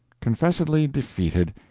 confessedly defeated,